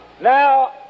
Now